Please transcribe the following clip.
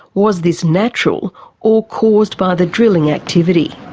was this natural or caused by the drilling activity?